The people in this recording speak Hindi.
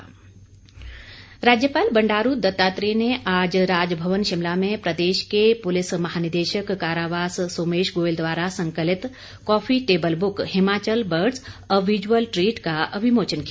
राज्यपाल राज्यपाल बंडारू दत्तात्रेय ने आज राजभवन शिमला में प्रदेश के महानिदेशक कारावास सोमेश गोयल द्वारा संकलित coffee table book Himachal birds a visual treat का विमोचन किया